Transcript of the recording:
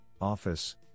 office